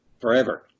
forever